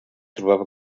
trobava